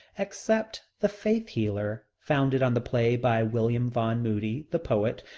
except the faith healer, founded on the play by william vaughn moody, the poet,